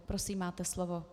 Prosím, máte slovo.